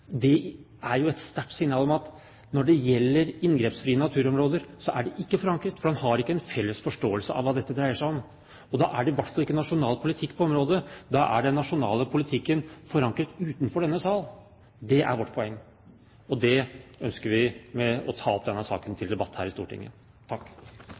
Det er et sterkt signal om at når det gjelder inngrepsfrie naturområder, så er ikke det forankret, for man har ikke en felles forståelse av hva dette dreier seg om. Da er det i hvert fall ikke nasjonal politikk på området. Da er den nasjonale politikken forankret utenfor denne sal. Det er vårt poeng, og det er det vi ønsker med å ta opp denne saken